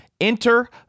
Enter